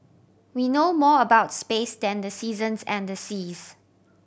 we know more about space than the seasons and the seas